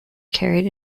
carried